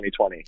2020